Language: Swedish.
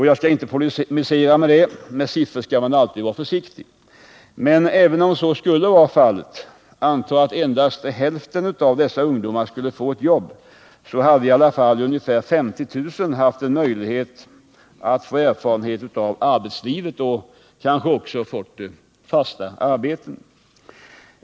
Jag skall inte polemisera mot detta uttalande — med siffror skall man alltid vara försiktig. Men även om så skulle vara fallet — anta att endast hälften av dessa ungdomar skulle få jobb — hade i alla fall ungefär 50 000 ungdomar haft en möjlighet att få erfarenhet av arbetslivet och kanske också få fasta arbeten.